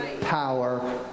power